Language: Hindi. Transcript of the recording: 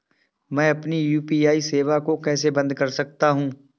मैं अपनी यू.पी.आई सेवा को कैसे बंद कर सकता हूँ?